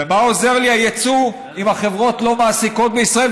ומה עוזר לי היצוא אם החברות לא מעסיקות בישראל,